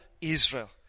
Israel